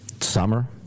Summer